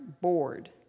bored